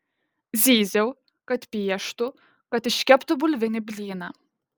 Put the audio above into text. zyziau kad pieštų kad iškeptų bulvinį blyną